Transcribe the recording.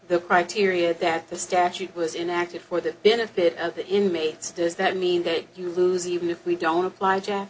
the criteria that the statute was in active for the benefit of the inmates does that mean that you lose even if we don't apply